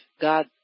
God